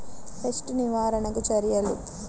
Pest నివారణకు చర్యలు?